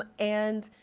ah and,